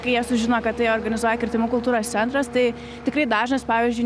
kai jie sužino kad tai organizuoja kirtimų kultūros centras tai tikrai dažnas pavyzdžiui